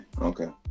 Okay